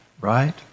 right